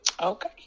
Okay